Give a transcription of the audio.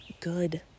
good